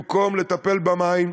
במקום לטפל במים,